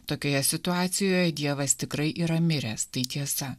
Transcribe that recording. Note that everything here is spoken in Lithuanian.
tokioje situacijoje dievas tikrai yra miręs tai tiesa